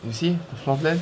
you see the floor plan